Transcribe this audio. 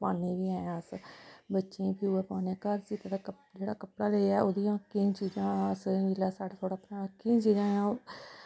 पान्ने बी ऐ अस बच्चें बी उ'ऐ पोआन्ने घर सीते दा कपड़ा जेह्ड़ा कपड़ा लेइयै ओह्दियां केईं चीजां अस जेल्लै साढ़ै थोह्ड़ा